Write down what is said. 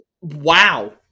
Wow